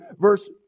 verse